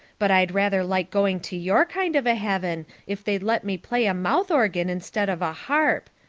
but i'd rather like going to your kind of a heaven if they'd let me play a mouth organ instead of a harp.